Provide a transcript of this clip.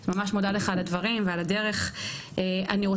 אני ממש מודה לך על הדברים ועל הדרך, אני